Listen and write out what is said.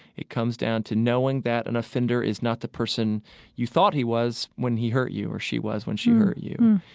it comes down to knowing that an offender is not the person you thought he was when he hurt you or she was when she hurt you.